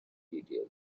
material